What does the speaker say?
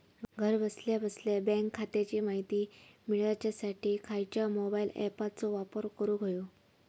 घरा बसल्या बसल्या बँक खात्याची माहिती मिळाच्यासाठी खायच्या मोबाईल ॲपाचो वापर करूक होयो?